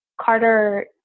Carter